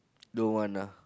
don't want lah